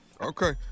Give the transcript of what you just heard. Okay